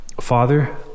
Father